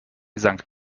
sankt